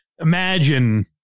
Imagine